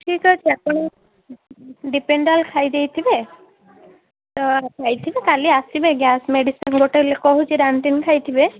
ଠିକ୍ ଅଛି ଆପଣ ଡିପେଣ୍ଡାଲ୍ ଖାଇ ଦେଇଥିବେ ତ ଖାଇଥିବେ କାଲି ଆସିବେ ଗ୍ୟାସ୍ ମେଡ଼ିସିନ ଗୋଟେ କହୁଛି ରାଣ୍ଟିନ୍ ଖାଇଥିବେ